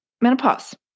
menopause